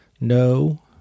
no